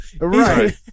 Right